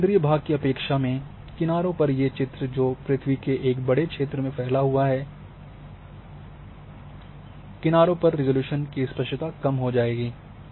और केंद्रीय भाग की अपेक्षा में किनारों पर ये चित्र जो पृथ्वी के एक बड़े क्षेत्र में फैला हुआ है पर है किनारों पर रिज़ॉल्यूशन की स्पष्टता कम हो जाएगी